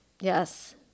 Yes